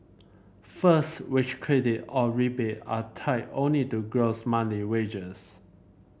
first wage credit or rebate are tied only to gross monthly wages